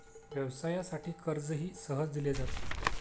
व्यवसायासाठी कर्जही सहज दिले जाते